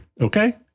Okay